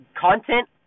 content